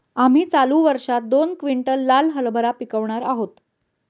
आम्ही चालू वर्षात दोन क्विंटल लाल हरभरा पिकावणार आहोत